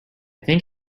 think